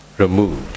removed